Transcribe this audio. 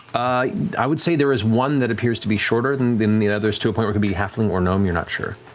i would say there is one that appears to be shorter than than the others to a point where it could be halfling or gnome, you're not sure.